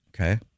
Okay